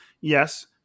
Yes